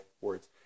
words